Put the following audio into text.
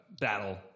battle